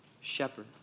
shepherd